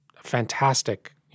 fantastic